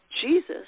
Jesus